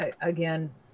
Again